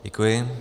Děkuji.